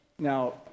Now